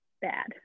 bad